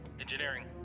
engineering